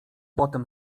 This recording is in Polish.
potem